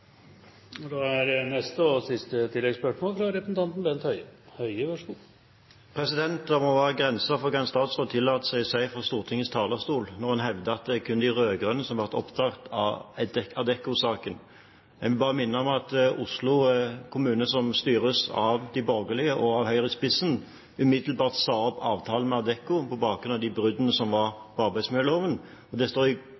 Bent Høie – til oppfølgingsspørsmål. Det må være grenser for hva en statsråd tillater seg å si fra Stortingets talerstol, når en hevder at det kun er de rød-grønne som har vært opptatt av Adecco-saken. Jeg vil bare minne om at Oslo kommune, som styres av de borgerlige og med Høyre i spissen, umiddelbart sa opp avtalen med Adecco på bakgrunn av bruddene